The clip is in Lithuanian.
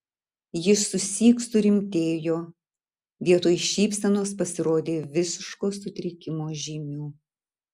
jis susyk surimtėjo vietoj šypsenos pasirodė visiško sutrikimo žymių